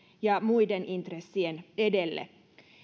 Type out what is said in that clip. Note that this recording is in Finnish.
ja muiden intressien edelle